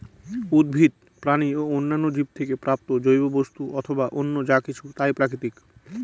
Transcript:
উদ্ভিদ, প্রাণী ও অন্যান্য জীব থেকে প্রাপ্ত জৈব বস্তু অথবা অন্য যা কিছু তাই প্রাকৃতিক